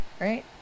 right